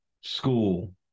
School